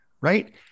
right